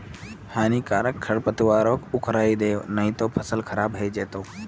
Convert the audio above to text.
हानिकारक खरपतवारक उखड़इ दे नही त फसल खराब हइ जै तोक